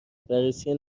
بررسی